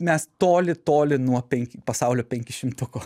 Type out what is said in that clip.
mes toli toli nuo penki pasaulio penkišimtuko